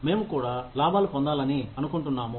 మేము కూడా లాభాలు పొందాలని అనుకుంటున్నాము